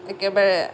একেবাৰে